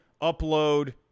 upload